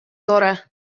tore